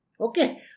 Okay